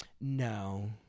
No